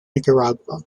nicaragua